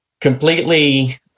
completely